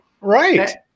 Right